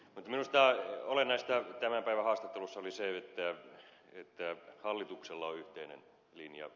mutta minusta olennaista tämän päivän haastattelussa oli se että hallituksella on yhteinen linja